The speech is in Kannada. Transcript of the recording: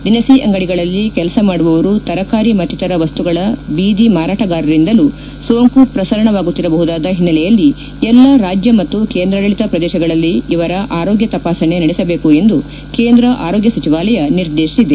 ದಿನಸಿ ಅಂಗಡಿಗಳಲ್ಲಿ ಕೆಲಸ ಮಾಡುವವರು ತರಕಾರಿ ಮತ್ತಿತರ ವಸ್ತುಗಳ ಬೀದಿ ಮಾರಾಟಗಾರರಿಂದಲೂ ಸೋಂಕು ಪ್ರಸರಣವಾಗುತ್ತಿರಬಹುದಾದ ಹಿನ್ನೆಲೆಯಲ್ಲಿ ಎಲ್ಲ ರಾಜ್ಯ ಮತ್ತು ಕೇಂದ್ರಾಡಳಿತ ಪ್ರದೇಶಗಳಲ್ಲಿ ಇವರ ಆರೋಗ್ಯ ತಪಾಸಣೆ ನಡೆಸಬೇಕು ಎಂದು ಕೇಂದ್ರ ಆರೋಗ್ಯ ಸಚವಾಲಯ ನಿರ್ದೇಶಿಸಿದೆ